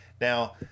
now